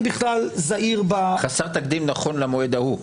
אני בכלל זהיר -- חסר תקדים נכון למועד ההוא,